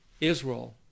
Israel